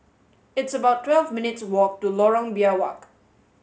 it's about twelve minutes' walk to Lorong Biawak